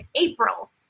April